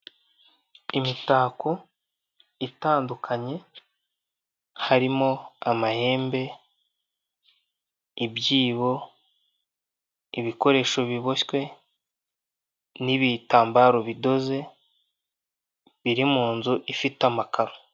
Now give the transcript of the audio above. Imitako itandukanye, harimo; amahembe, ibyibo, ibikoresho biboshywe n'ibitambaro bidoze, biri mu nzu ifite amakaro.